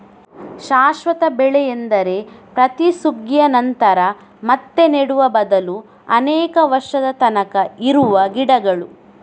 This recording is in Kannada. ಶಾಶ್ವತ ಬೆಳೆ ಎಂದರೆ ಪ್ರತಿ ಸುಗ್ಗಿಯ ನಂತರ ಮತ್ತೆ ನೆಡುವ ಬದಲು ಅನೇಕ ವರ್ಷದ ತನಕ ಇರುವ ಗಿಡಗಳು